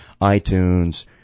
iTunes